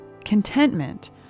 Contentment